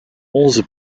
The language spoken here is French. onze